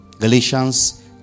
Galatians